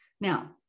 now